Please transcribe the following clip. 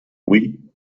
oui